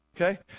Okay